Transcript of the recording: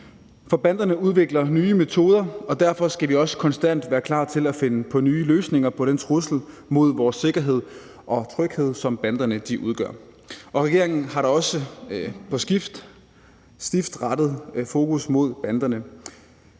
For banderne udvikler nye metoder, og derfor skal vi også konstant være klar til at finde på nye løsninger i forhold til den trussel mod vores sikkerhed og tryghed, som banderne udgør. Regeringer har da også på skift rettet et stift fokus mod banderne.